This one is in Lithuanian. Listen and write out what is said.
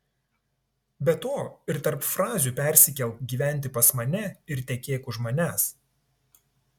be to ir tarp frazių persikelk gyventi pas mane ir tekėk už manęs